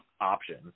option